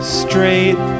straight